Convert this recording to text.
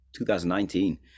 2019